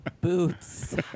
boots